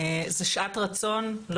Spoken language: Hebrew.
זה שעת רצון,